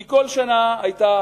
כי כל שנה היתה